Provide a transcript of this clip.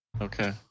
okay